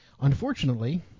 Unfortunately